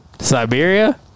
Siberia